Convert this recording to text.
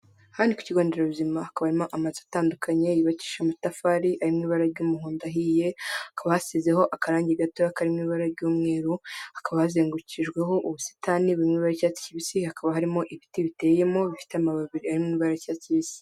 Aha ni ku kigo nderabuzima hakaba harimo mo amazu atandukanye yubakishije amatafari ari mu ibara ry'umuhondo ahiye hakaba hasizeho akarangi gatoya kari mu ibara ry'umweru hakaba bazengukijweho ubusitani burimo icyatsi kibisi hakaba harimo ibiti biteyemo bifite amababi arimo ibara ry'icyatsi kibisi.